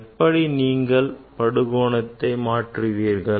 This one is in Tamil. எப்படி நீங்கள் படுகோணத்தை மாற்றுவீர்கள்